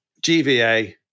GVA